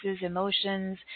emotions